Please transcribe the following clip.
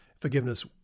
forgiveness